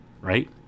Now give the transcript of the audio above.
right